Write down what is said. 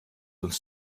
uns